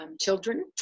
children